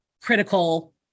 critical